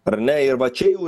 ar ne ir va čia jau